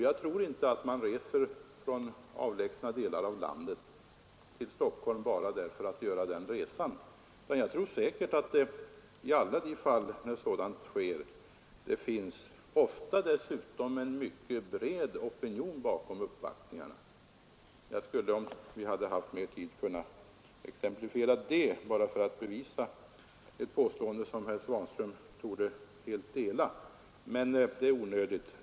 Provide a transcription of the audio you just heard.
Man reser nog inte från avlägsna delar av landet till Stockholm bara för att få göra den resan, utan i de fall där sådana uppvaktningar görs finns det oftast en mycket bred opinion bakom. Jag skulle, om vi hade haft mer tid, ha kunnat exemplifiera. det bara för att bevisa ett påstående som herr Svanström helt torde ansluta sig till, men det är onödigt.